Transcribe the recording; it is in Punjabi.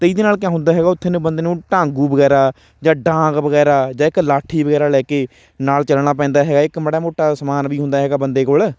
ਅਤੇ ਇਹਦੇ ਨਾਲ ਕਿਆ ਹੁੰਦਾ ਹੈਗਾ ਉੱਥੇ ਨੇ ਬੰਦੇ ਨੂੰ ਢਾਂਗੂ ਵਗੈਰਾ ਜਾਂ ਡਾਂਗ ਵਗੈਰਾ ਜਾਂ ਇੱਕ ਲਾਠੀ ਵਗੈਰਾ ਲੈ ਕੇ ਨਾਲ ਚੱਲਣਾ ਪੈਂਦਾ ਹੈਗਾ ਇੱਕ ਮਾੜਾ ਮੋਟਾ ਸਮਾਨ ਵੀ ਹੁੰਦਾ ਹੈਗਾ ਬੰਦੇ ਕੋਲ